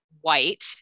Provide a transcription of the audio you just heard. white